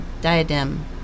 diadem